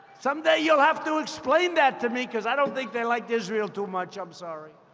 someday you'll have to explain that to me, because i don't think they liked israel too much. i'm sorry.